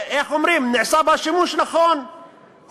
נעשה בה שימוש נכון,